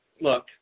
Look